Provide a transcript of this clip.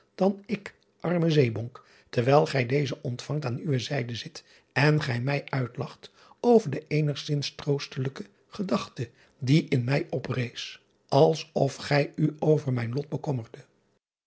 dan ik arme zeebonk terwijl gij dezen ontvangt aan uwe zijde zit en gij mij uitlacht over de eenigzins troostelijke gedachte die in mij oprees als of gij u driaan oosjes zn et leven van illegonda uisman over mijn lot bekommerde